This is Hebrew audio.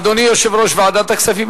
אדוני יושב-ראש ועדת הכספים,